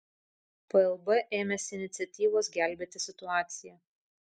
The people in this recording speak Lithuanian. plb ėmėsi iniciatyvos gelbėti situaciją